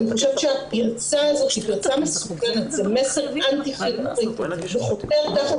אני חושבת שהפרצה הזאת היא פרצה מסוכנת וזה מסר אנטי חינוכי וחותר תחת